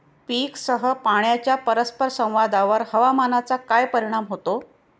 पीकसह पाण्याच्या परस्पर संवादावर हवामानाचा काय परिणाम होतो?